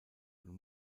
und